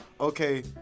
okay